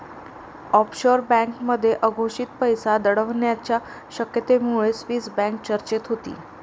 offshore बँकांमध्ये अघोषित पैसा दडवण्याच्या शक्यतेमुळे स्विस बँक चर्चेत होती